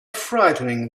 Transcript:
frightening